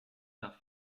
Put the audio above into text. nach